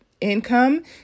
income